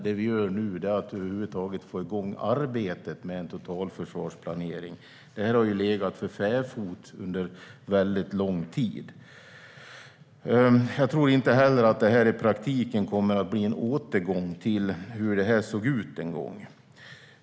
Det vi nu gör är att först och främst få igång arbetet med en totalförsvarsplanering. Det har legat för fäfot under lång tid. Jag tror inte att det i praktiken kommer att bli en återgång till hur det en gång såg ut.